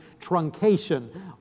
truncation